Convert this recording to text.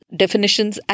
definitions